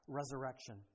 resurrection